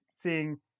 seeing